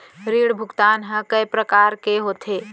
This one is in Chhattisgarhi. ऋण भुगतान ह कय प्रकार के होथे?